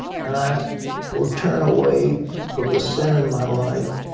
and i will turn away from the sin in my life.